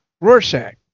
Rorschach